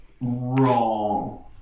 wrong